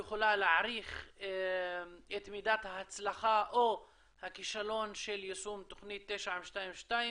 יכולה להעריך את מידת ההצלחה או הכישלון של יישום תוכנית 922,